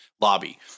lobby